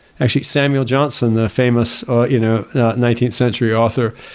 actually samuel johnson, the famous you know nineteenth century author,